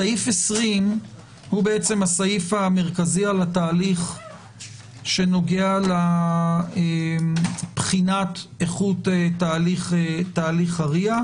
סעיף 20 הוא הסעיף המרכזי על התהליך שנוגע לבחינת איכות תהליך הרי"ע.